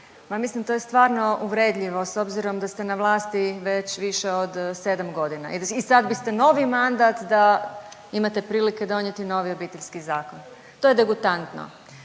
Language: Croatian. mislim to je stvarno uvredljivo s obzirom da ste na vlasti već više od 7 godina i sad biste novi mandat da imate prilike donijeti novi Obiteljski zakon. To je degutantno.